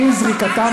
תצטרפי את.